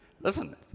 Listen